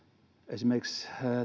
esimerkiksi